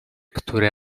które